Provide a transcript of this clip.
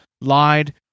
lied